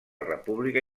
república